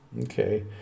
Okay